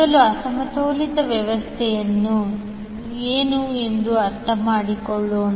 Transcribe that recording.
ಮೊದಲು ಅಸಮತೋಲಿತ ವ್ಯವಸ್ಥೆ ಏನು ಎಂದು ಅರ್ಥಮಾಡಿಕೊಳ್ಳೋಣ